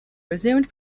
resumed